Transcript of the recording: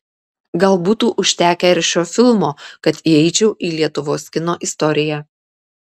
gal būtų užtekę ir šio filmo kad įeičiau į lietuvos kino istoriją